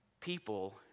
people